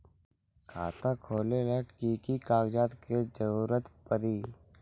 खाता खोले ला कि कि कागजात के जरूरत परी?